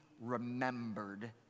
remembered